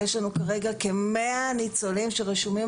יש לנו כרגע כ-100 ניצולים שרשומים